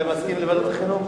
אתה מסכים לוועדת החינוך?